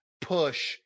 push